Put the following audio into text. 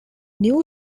new